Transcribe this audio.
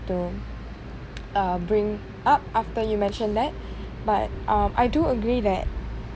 to uh bring up after you mentioned that but um I do agree that